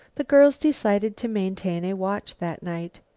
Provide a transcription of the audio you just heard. the girls decided to maintain a watch that night.